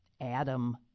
Adam